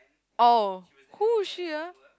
oh who is she ah